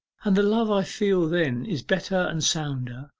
and the love i feel then is better and sounder,